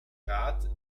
rat